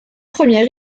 premiers